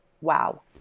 wow